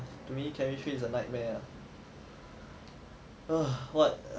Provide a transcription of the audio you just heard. to me chemistry is a nightmare ah what